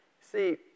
see